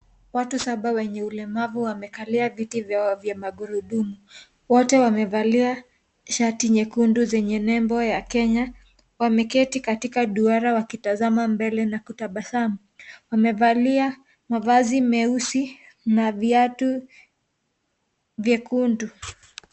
Watu saba wenye ulemavu wamekali viti vya wavye vya magurudumu. Wote wamevalia shati nyekundu zenye nembo ya Kenya. Wameketi katika duara wakitazama mbele na kutabasamu. Wamevalia viatu mekundu.